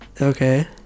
Okay